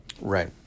Right